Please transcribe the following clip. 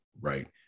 right